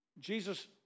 Jesus